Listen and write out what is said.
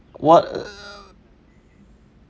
what